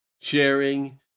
sharing